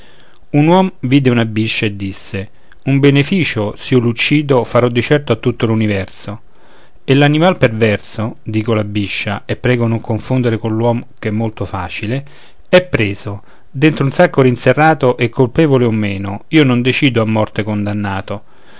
un uom vide una biscia e disse un beneficio s'io l'uccido farò di certo a tutto l'universo e l'animal perverso dico la biscia e prego non confondere coll'uom che è molto facile è preso dentro un sacco rinserrato e colpevole o meno io non decido a morte condannato